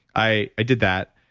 i i did that.